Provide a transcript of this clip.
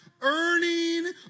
earning